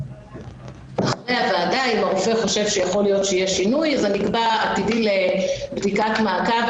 אם הרופא חושב שייתכן שיהיה שינוי אז זה נקבע עתידית לבדיקת מעקב.